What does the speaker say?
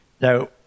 Now